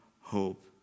hope